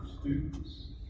students